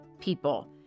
people